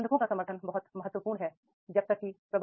manager का समर्थन बहुत महत्वपूर्ण है जब तक कि समर्थन